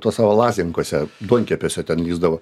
tuos savo lazinkuose duonkepėse ten lįsdavo